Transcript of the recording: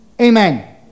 Amen